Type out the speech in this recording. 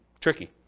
tricky